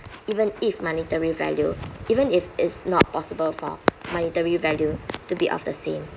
even if monetary value even if it's not possible for monetary value to be of the same